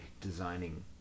designing